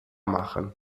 machen